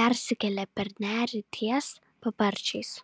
persikėlė per nerį ties paparčiais